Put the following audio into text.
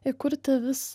ir kurti vis